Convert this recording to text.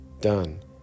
done